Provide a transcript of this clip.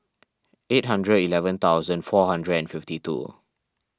eight hundred eleven thousand four hundred and fifty two